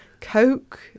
coke